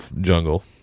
jungle